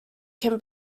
can